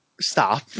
stop